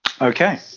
Okay